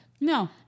No